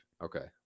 Okay